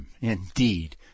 Indeed